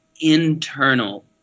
internal